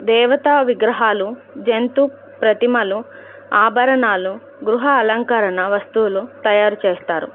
దేవతా విగ్రహాలు జంతు ప్రతిమలు ఆభరణాలు గృహ అలంకరణ వస్తువులు తయారు చేస్తారు